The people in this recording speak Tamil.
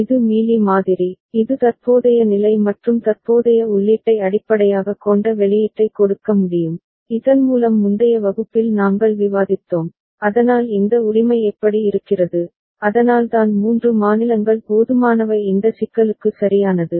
இது மீலி மாதிரி இது தற்போதைய நிலை மற்றும் தற்போதைய உள்ளீட்டை அடிப்படையாகக் கொண்ட வெளியீட்டைக் கொடுக்க முடியும் இதன்மூலம் முந்தைய வகுப்பில் நாங்கள் விவாதித்தோம் அதனால் இந்த உரிமை எப்படி இருக்கிறது அதனால்தான் 3 மாநிலங்கள் போதுமானவை இந்த சிக்கலுக்கு சரியானது